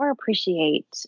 appreciate